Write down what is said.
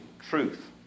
truth